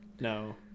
no